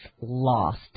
lost